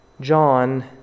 John